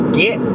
get